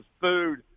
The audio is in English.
food